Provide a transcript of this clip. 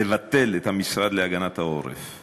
לבטל את המשרד להגנת העורף.